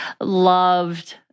loved